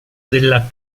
della